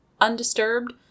undisturbed